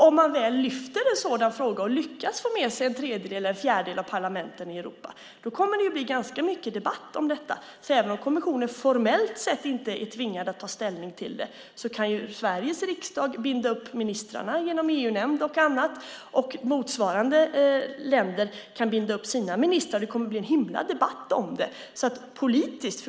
Om man väl lyfter upp en sådan fråga och lyckas få med sig en fjärdedel av parlamenten i Europa kommer det att bli mycket debatt. Även om kommissionen formellt sett inte är tvingad att ta ställning kan ju Sveriges riksdag binda upp ministrarna i EU-nämnden och motsvarande länder kan binda upp sina ministrar. Det kommer att bli en himla debatt.